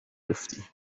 گفتی